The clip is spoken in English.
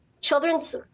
children's